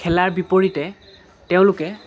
খেলাৰ বিপৰীতে তেওঁলোকে